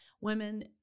women